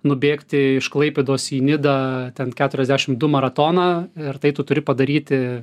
nubėgti iš klaipėdos į nidą ten keturiasdešim du maratoną ir tai tu turi padaryti